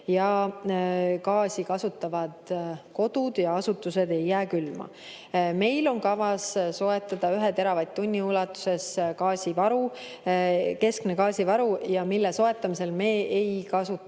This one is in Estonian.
ja gaasi kasutavad kodud ja asutused ei jää külma. Meil on kavas soetada ühe teravatt-tunni ulatuses gaasivaru, keskmine gaasivaru, mille soetamisel me ei kasuta